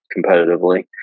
competitively